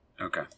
Okay